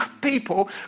people